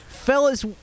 Fellas